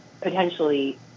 potentially